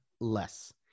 less